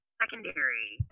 secondary